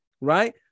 right